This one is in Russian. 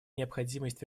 необходимость